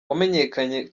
wamenyekanye